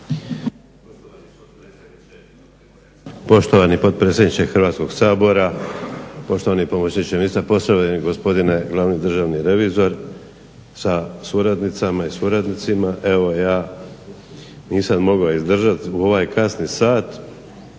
Poštovani potpredsjedniče Hrvatskog sabora, poštovani pomoćniče ministra, poštovani gospodine glavni državni revizor sa suradnicama i suradnicima. Evo ja nisam mogao izdržati u ovaj kasni sat,